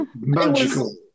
Magical